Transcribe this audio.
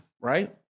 right